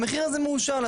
המחיר הזה מאושר לה.